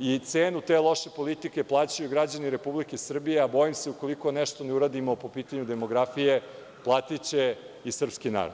i cenu te loše politike plaćaju građani Republike Srbije, a bojim se ukoliko nešto ne uradimo po pitanju demografije platiće i srpski narod.